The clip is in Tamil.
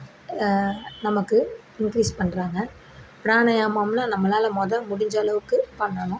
நமக்கு இன்க்ரீஸ் பண்ணுறாங்க ப்ராணாயமமில் நம்மளால் மொதல் முடிஞ்சளவுக்கு பண்ணணும்